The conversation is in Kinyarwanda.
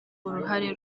uruhare